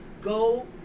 Go